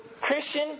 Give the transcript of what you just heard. Christian